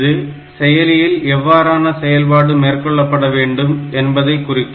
இது செயலியில் எவ்வாறான செயல்பாடு மேற்கொள்ளப்பட வேண்டும் என்பதை குறிக்கும்